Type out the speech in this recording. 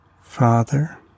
Father